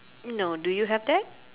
no do you have that